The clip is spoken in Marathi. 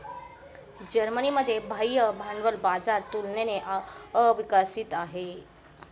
जर्मनीमध्ये बाह्य भांडवल बाजार तुलनेने अविकसित आहे